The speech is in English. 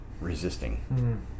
resisting